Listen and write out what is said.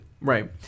Right